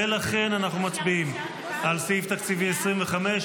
ולכן אנחנו מצביעים על סעיף תקציבי 25,